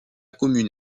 commune